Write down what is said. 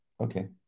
Okay